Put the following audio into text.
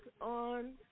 on